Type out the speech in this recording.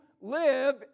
live